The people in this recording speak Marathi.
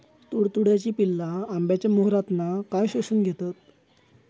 तुडतुड्याची पिल्ला आंब्याच्या मोहरातना काय शोशून घेतत?